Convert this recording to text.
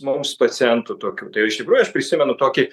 mums pacientų tokių tai jau iš tikrųjų aš prisimenu tokį